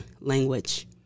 language